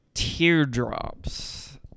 Teardrops